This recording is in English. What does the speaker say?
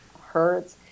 hurts